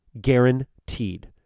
Guaranteed